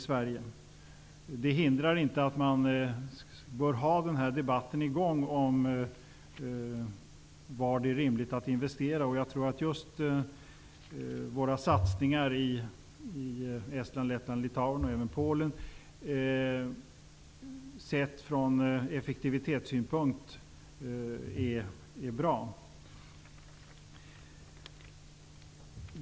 Detta hindrar inte att man bör hålla i gång debatten om var det är rimligt att investera. Jag tror att just våra satsningar i Estland, Lettland, Litauen och Polen är bra, sett från effektivitetssynpunkt.